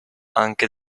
anche